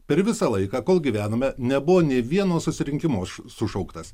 per visą laiką kol gyvename nebuvo nė vieno susirinkimo sušauktas